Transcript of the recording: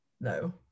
No